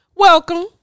Welcome